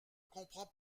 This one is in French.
comprends